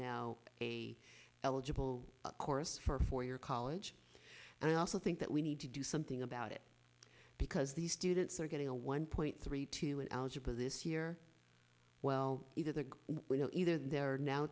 now a eligible course for four year college and i also think that we need to do something about it because these students are getting a one point three two in algebra this year well either you know either they're now